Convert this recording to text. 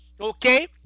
okay